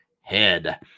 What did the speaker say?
head